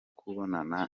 kubonamo